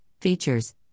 features